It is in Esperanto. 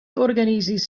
organizis